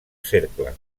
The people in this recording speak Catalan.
cercle